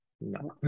No